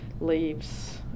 leaves